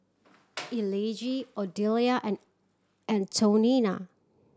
Elige Odelia and Antonina